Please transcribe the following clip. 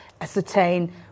ascertain